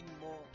more